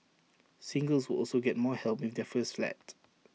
singles will also get more help with their first flat